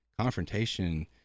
confrontation